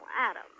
Adam